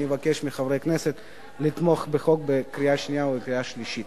אני מבקש מחברי הכנסת לתמוך בהצעת החוק בקריאה שנייה ובקריאה שלישית.